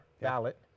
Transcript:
ballot